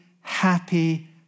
happy